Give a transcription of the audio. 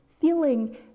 Feeling